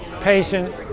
patient